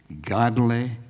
godly